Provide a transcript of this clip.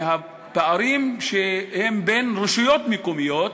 והפערים בין רשויות מקומיות,